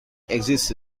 exists